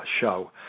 show